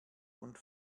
und